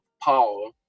Paul